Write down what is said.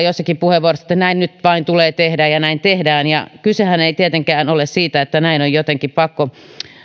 joissakin puheenvuoroissa että näin nyt vain tulee tehdä ja näin tehdään kysehän ei tietenkään ole siitä että näin on jotenkin pakko